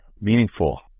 meaningful